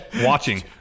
watching